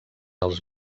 als